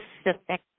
specific